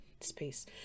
space